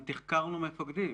גם תחקרנו מפקדים.